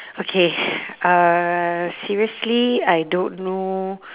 okay uh seriously I don't know